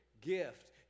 gift